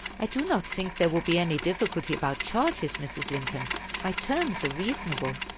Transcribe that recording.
i do not think there will be any difficulty about charges, mrs. lincoln my terms are reasonable.